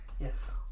Yes